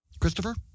Christopher